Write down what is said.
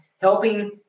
helping